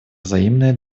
взаимное